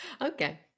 okay